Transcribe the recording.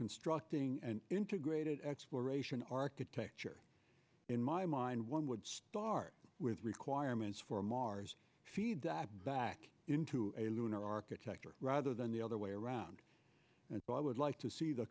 constructing an integrated exploration architecture in my mind one would start with requirements for a mars feed back into a lunar architecture rather than the other way around it but i would like to see the